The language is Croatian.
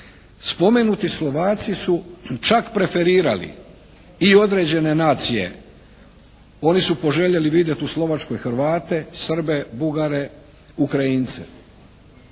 Spomenuti Slovaci su čak preferirali i određene nacije, oni su poželjeli vidjeti u Slovačkoj Hrvate, Srbe, Bugare, Ukrajince.